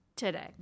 Today